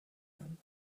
them